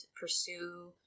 pursue